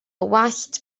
wallt